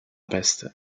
peste